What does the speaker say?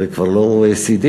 זה כבר לא OECD,